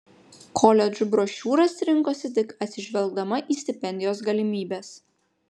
koledžų brošiūras rinkosi tik atsižvelgdama į stipendijos galimybes